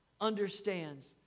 Understands